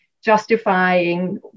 justifying